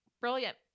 Brilliant